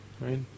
right